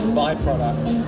byproduct